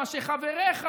מה שחבריך,